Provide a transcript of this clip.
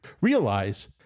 realize